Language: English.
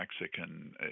Mexican